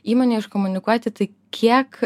įmonei iškomunikuoti tai kiek